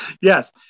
yes